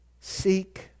Seek